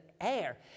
air